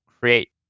create